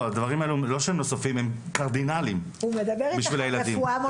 לא הדברים האלה לא שהם נוספים הם קרדינלים בשביל ילדים.